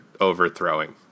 overthrowing